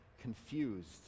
confused